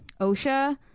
Osha